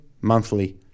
monthly